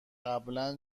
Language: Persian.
قبلا